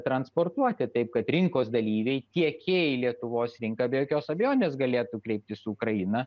transportuoti taip kad rinkos dalyviai tiekėjai į lietuvos rinką be jokios abejonės galėtų kreiptis į ukrainą